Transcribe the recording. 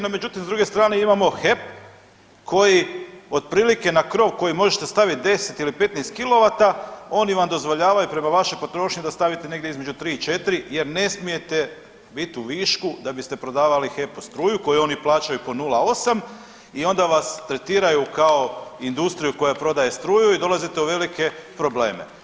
No međutim, s druge strane imamo HEP koji otprilike na krov, koji možete staviti 10 ili kilovata oni vam dozvoljavaju prema vašoj potrošnji da stavite negdje između tri i četiri jer ne smijete biti u višku da bi prodavali HEP-u struju koju oni plaćaju po 0,8 i onda vas tretiraju kao industriju koja prodaje struju i dolazite u velike probleme.